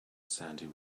sandy